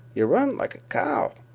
yeh run like a cow.